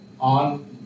on